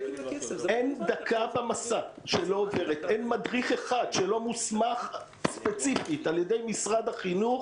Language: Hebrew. אין מדריך אחד שלא מוסמך ספציפית לתפקידו על ידי משרד החינוך,